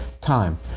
time